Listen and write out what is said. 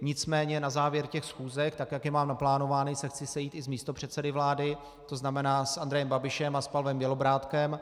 Nicméně na závěr těch schůzek, tak jak je mám naplánovány, se chci sejít i s místopředsedy vlády, to znamená s Andrejem Babišem a s Pavlem Bělobrádkem.